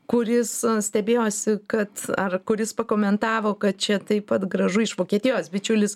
kuris stebėjosi kad ar kuris pakomentavo kad čia taip pat gražu iš vokietijos bičiulis